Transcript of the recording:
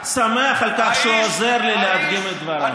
אדוני היושב-ראש,